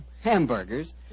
hamburgers